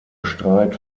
streit